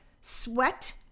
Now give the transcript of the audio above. sweat